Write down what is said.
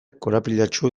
korapilatsu